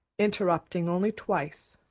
interrupting only twice,